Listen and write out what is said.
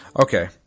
Okay